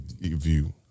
view